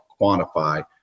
quantify